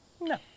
No